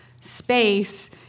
space